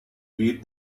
beat